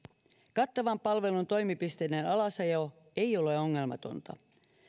kattavan palvelun toimipisteiden alasajo ei ole ongelmatonta